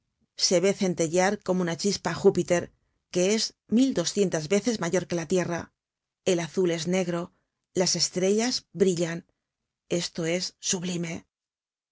se ve centellar como una chispa á júpiter que es mil doscientas veces mayor que la tierra el azul es negro las estrellas brillan esto es sublime